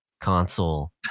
console